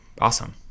Awesome